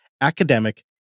academic